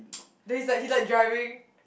then it's like he like driving